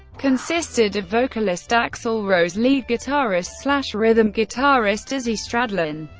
consisted of vocalist axl rose, lead guitarist slash, rhythm guitarist izzy stradlin,